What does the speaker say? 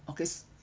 okay